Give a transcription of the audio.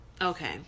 okay